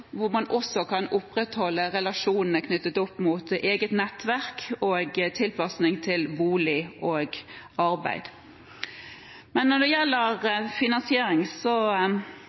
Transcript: hvor man også kan opprettholde relasjonene knyttet til eget nettverk og tilpasning til bolig og arbeid. Når det gjelder finansiering,